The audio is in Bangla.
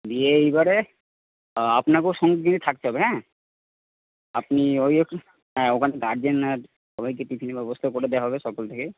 দিয়ে এইবারে আপনাকেও সঙ্গে কিন্তু থাকতে হবে হ্যাঁ আপনি ওই একটু হ্যাঁ ওখানে গার্জেন আর সবাইকে টিফিনের ব্যবস্থা করে দেওয়া হবে সকলকেই